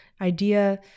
idea